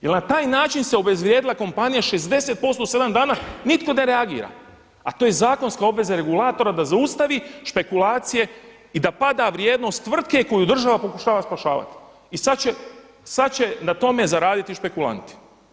Jel na taj način se obezvrijedila kompanija 60% u sedam dana nitko ne reagira, a to je zakonska obveza regulatora da zaustavi špekulacije i da pada vrijednost tvrtke koju država pokušava spašavati i sada će na tome zaraditi špekulanti.